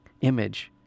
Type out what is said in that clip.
image